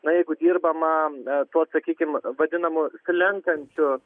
na jeigu dirbama tuo sakykim vadinamu slenkančiu